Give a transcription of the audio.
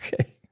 Okay